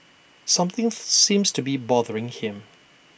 something seems to be bothering him